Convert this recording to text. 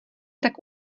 tak